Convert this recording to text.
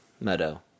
meadow